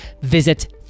Visit